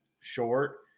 short